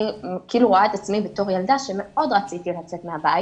אני רואה את עצמי בתור ילדה שמאוד רציתי לצאת מהבית